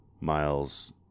miles